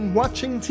watching